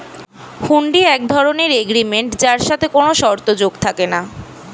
হুন্ডি এক ধরণের এগ্রিমেন্ট যার সাথে কোনো শর্ত যোগ থাকে না